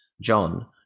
John